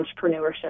entrepreneurship